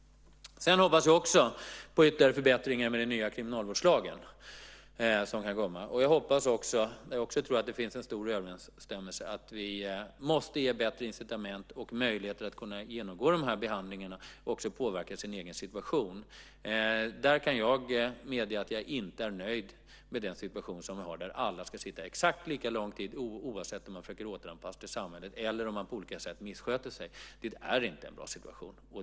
Jag hoppas också på ytterligare förbättringar med den nya kriminalvårdslagen. Jag hoppas och tror att det finns en stor överensstämmelse i vår uppfattning att vi måste ge bättre incitament och mjölighet att genomgå behandlingarna och påverka sin egen situation. Jag kan medge att jag inte är nöjd med den situation vi har där alla ska sitta exakt lika lång tid oavsett om man försöker återanpassa sig till samhället eller om man på olika sätt missköter sig. Det är inte en bra situation.